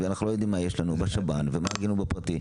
אנחנו לא יודעים מה יש לנו בשב"ן ומה יש לנו בפרטי,